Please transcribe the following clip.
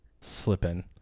slipping